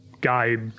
guide